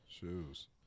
Shoes